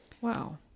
wow